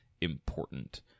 important